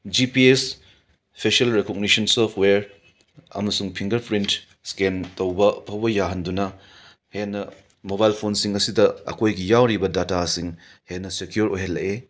G P S facial recognition software ꯑꯃꯁꯨꯡ fingerprint scan ꯇꯧꯕ ꯐꯥꯎꯕ ꯌꯥꯍꯟꯗꯨꯅ ꯍꯦꯟꯅ ꯃꯣꯃꯥꯏꯜ ꯐꯣꯟꯁꯤꯡ ꯑꯁꯤꯗ ꯑꯩꯈꯣꯏꯒꯤ ꯌꯥꯎꯔꯤꯕ ꯗꯥꯇꯥꯁꯤꯡ ꯍꯦꯟꯅ ꯁꯦꯀ꯭ꯌꯣꯔ ꯑꯣꯏꯍꯜꯂꯛꯑꯦ